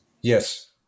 Yes